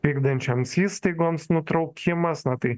vykdančioms įstaigoms nutraukimas na tai